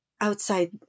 outside